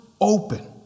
open